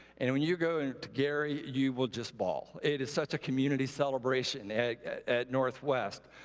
and when you go to gary, you will just ball. it is such a community celebration at northwest.